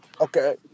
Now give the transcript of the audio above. okay